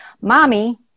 Mommy